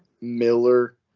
Miller